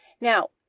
Now